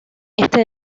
este